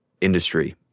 industry